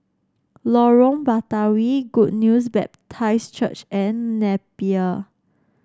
Lorong Batawi Good News Baptist Church and Napier